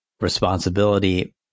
responsibility